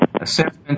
Assessment